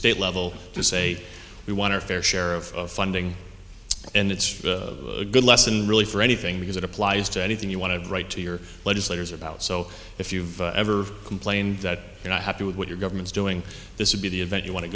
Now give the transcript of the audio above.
state level to say we want our fair share of funding and it's a good lesson really for anything because it applies to anything you want to write to your legislators about so if you've ever complained that you're not happy with what your government's doing this would be the event you want to